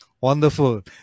Wonderful